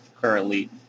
currently